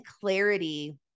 clarity